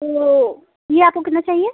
तो यह आपको कितना चाहिए